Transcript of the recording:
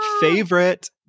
favorite